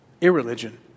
irreligion